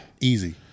Easy